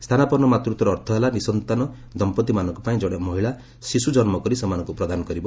ସ୍ଥାନାପନ୍ନ ମାତୃତ୍ୱର ଅର୍ଥ ହେଲା ନିଃସନ୍ତାନ ଦମ୍ପତିମାନଙ୍କପାଇଁ ଜଣେ ମହିଳା ଶିଶୁ ଜନ୍ମକରି ସେମାନଙ୍କୁ ପ୍ରଦାନ କରିବ